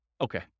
Okay